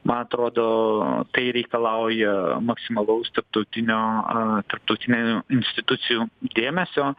man atrodo tai reikalauja maksimalaus tarptautinio tarptautinių institucijų dėmesio